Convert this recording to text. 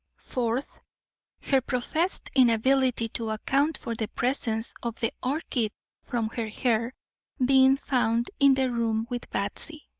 fourth her professed inability to account for the presence of the orchid from her hair being found in the room with batsy.